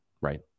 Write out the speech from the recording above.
right